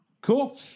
Cool